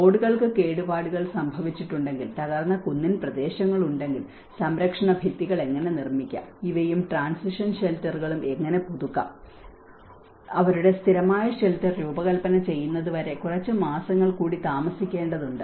റോഡുകൾക്ക് കേടുപാടുകൾ സംഭവിച്ചിട്ടുണ്ടെങ്കിൽ തകർന്ന കുന്നിൻ പ്രദേശങ്ങളുണ്ടെങ്കിൽ സംരക്ഷണ ഭിത്തികൾ എങ്ങനെ നിർമ്മിക്കാം ഇവയും ട്രാൻസിഷൻ ഷെൽട്ടറുകളും എങ്ങനെ പുതുക്കാം അവരുടെ സ്ഥിരമായ ഷെൽട്ടർ രൂപകൽപന ചെയ്യുന്നതുവരെ കുറച്ച് മാസങ്ങൾ കൂടി താമസിക്കേണ്ടതുണ്ട്